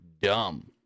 Dumb